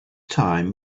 time